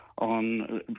on